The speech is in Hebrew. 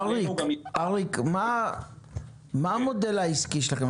מה המודל העסקי שלכם?